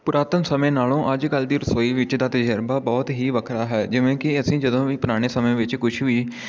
ਪੁਰਾਤਨ ਸਮੇਂ ਨਾਲੋਂ ਅੱਜ ਕੱਲ੍ਹ ਦੀ ਰਸੋਈ ਵਿੱਚ ਦਾ ਤਜ਼ਰਬਾ ਬਹੁਤ ਹੀ ਵੱਖਰਾ ਹੈ ਜਿਵੇਂ ਕਿ ਅਸੀਂ ਜਦੋਂ ਵੀ ਪੁਰਾਣੇ ਸਮੇਂ ਵਿੱਚ ਕੁਛ ਵੀ